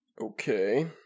Okay